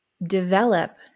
develop